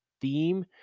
theme